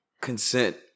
consent